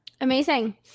amazing